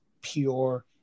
pure